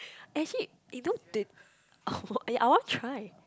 actually eh don't they oh eh I want try